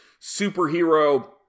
superhero